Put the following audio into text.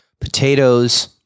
Potatoes